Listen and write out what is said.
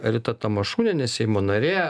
rita tamašunienė seimo narė